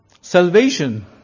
Salvation